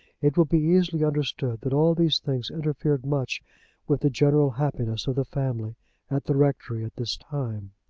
it will be easily understood that all these things interfered much with the general happiness of the family at the rectory at this time.